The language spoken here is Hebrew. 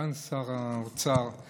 סגן שר האוצר,